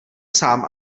sám